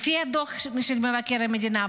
לפי הדוח של מבקר המדינה,